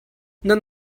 nan